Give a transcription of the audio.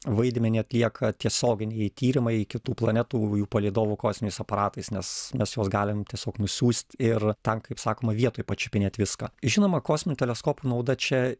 vaidmenį atlieka tiesioginiai tyrimai kitų planetų jų palydovų kosminiais aparatais nes mes juos galim tiesiog nusiųst ir ten kaip sakoma vietoj pačiupinėt viską žinoma kosminių teleskopų nauda čia